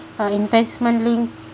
uh investment linked